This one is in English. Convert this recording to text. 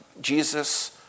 Jesus